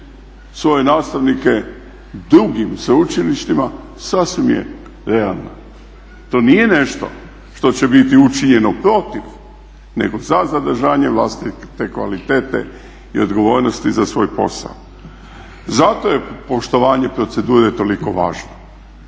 svoje nastavnike drugim sveučilištima sasvim je realna. To nije nešto što će biti učinjeno protiv nego za zadržanje vlastite kvalitete i odgovornosti za svoj posao. Zato je poštovanje procedure toliko važno.